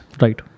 Right